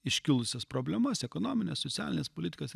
iškilusias problemas ekonomines socialines politikas